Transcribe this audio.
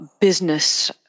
business